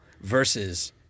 versus